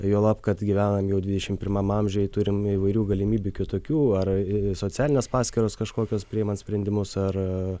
juolab kad gyvenam jau dvidešimt pirmam amžiuj turim įvairių galimybių kitokių ar socialinės paskyros kažkokios priėmant sprendimus ar